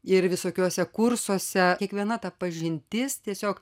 ir visokiuose kursuose kiekviena ta pažintis tiesiog